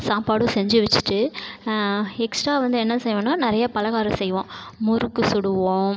சாப்பாடும் செஞ்சு வச்சுட்டு எக்ஸ்ட்ரா வந்து என்ன செய்வோன்னா நிறைய பலகாரம் செய்வோம் முறுக்கு சுடுவோம்